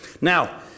Now